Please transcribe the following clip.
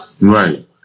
right